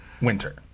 winter